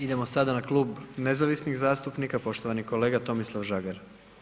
Idemo sada na Klub nezavisnih zastupnika, poštovani kolega Tomislav Žagar.